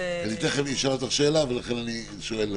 תכף אשאל אותך שאלה, ולכן אני שואל.